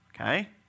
okay